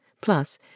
Plus